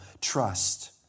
trust